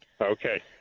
Okay